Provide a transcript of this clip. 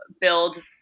build